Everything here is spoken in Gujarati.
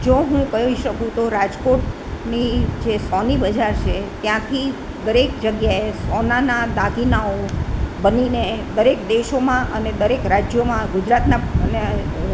જો હું કહી શકું તો રાજકોટની જે સોની બજાર છે ત્યાંથી દરેક જગ્યાએ સોનાના દાગીનાઓ બનીને દરેક દેશોમાં અને દરેક રાજ્યોમાં ગુજરાતનાં અને